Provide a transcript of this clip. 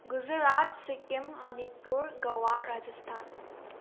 Gujarat Sikkim Manipur Goa Rajasthan